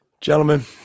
Gentlemen